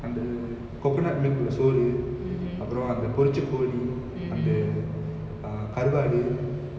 அந்த:antha coconut milk உள்ள சோறு அப்புறம் அந்த பொறிச்ச கோழி அந்த:ulla soru appuram antha poricha koli antha uh கருவாடு:karuvadu